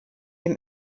dem